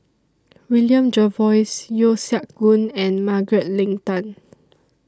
William Jervois Yeo Siak Goon and Margaret Leng Tan